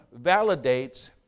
validates